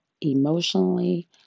emotionally